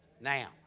now